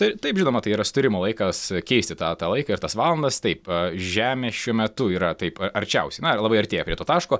tai taip žinoma tai yra susitarimo laikas keisti tą tą laiką ir tas valandas taip žemė šiuo metu yra taip arčiausiai na labai artėja prie to taško